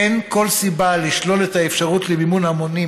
אין כל סיבה לשלול את האפשרות למימון המונים